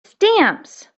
stamps